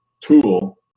tool